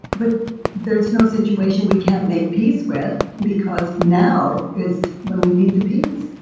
but there's no situation we can't make peace with because now is when we need the peace,